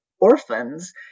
orphans